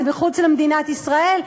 זה מחוץ למדינת ישראל?